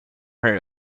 her